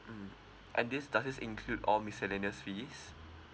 mm and this does this include all miscellaneous fees